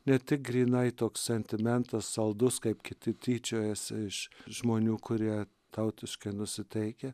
ne tik grynai toks sentimentas saldus kaip kiti tyčiojasi iš žmonių kurie tautiškai nusiteikę